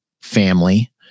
family